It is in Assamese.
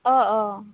অঁ অঁ